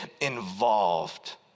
involved